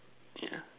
yeah